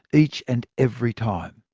each and every time.